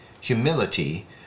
humility